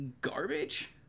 garbage